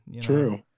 true